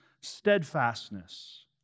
steadfastness